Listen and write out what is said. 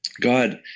God